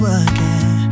again